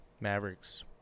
Mavericks